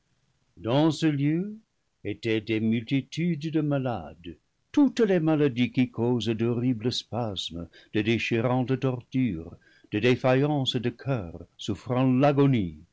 dans ce lieu étaient des multitudes de malades toutes les maladies qui causent d'horribles spasmes de déchirantes tortures des défaillances de coeur souffrant l'agonie